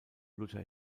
luther